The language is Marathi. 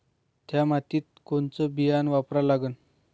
थ्या मातीत कोनचं बियानं वापरा लागन?